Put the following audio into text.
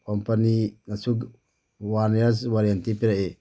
ꯀꯝꯄꯅꯤꯅꯁꯨ ꯋꯥꯟ ꯏꯌꯥꯔ ꯋꯥꯔꯦꯅꯇꯤ ꯄꯤꯔꯛꯏ